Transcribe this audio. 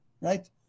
right